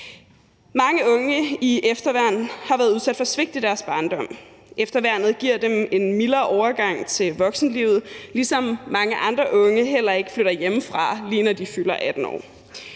Mange unge i efterværn har været udsat for svigt i deres barndom. Efterværnet giver dem en mildere overgang til voksenlivet, ligesom mange andre unge heller ikke flytter hjemmefra, lige når de fylder 18 år.